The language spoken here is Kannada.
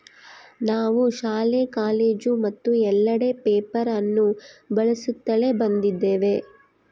ನಾವು ಶಾಲೆ, ಕಾಲೇಜು ಮತ್ತು ಎಲ್ಲೆಡೆ ಪೇಪರ್ ಅನ್ನು ಬಳಸುತ್ತಲೇ ಬಂದಿದ್ದೇವೆ